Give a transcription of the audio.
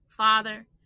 Father